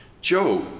joe